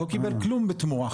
לא קיבל כלום בתמורה.